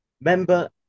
member